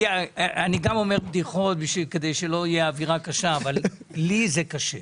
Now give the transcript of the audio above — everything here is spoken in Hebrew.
אני גם אומר בדיחות כדי שלא תהיה אווירה קשה אבל לי זה קשה.